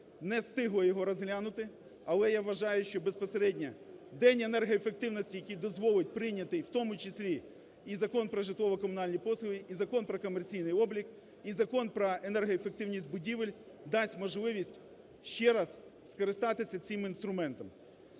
не встигла його розглянути. Але я вважаю, що безпосередньо "день енергоефективності", який дозволить прийняти, в тому числі і Закон про житлово-комунальні послуги, і Закон про комерційний облік, і Закон про енергоефективність будівель, дасть можливість ще раз скористатися цим інструментом.